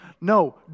no